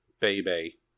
baby